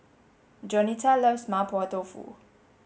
Jaunita loves Mapo tofu